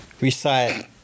...recite